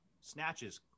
snatches